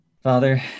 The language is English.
Father